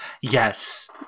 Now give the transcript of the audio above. Yes